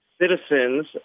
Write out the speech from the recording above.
citizens